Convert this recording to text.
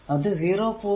അത് 0